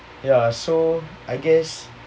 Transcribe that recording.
ya so I guess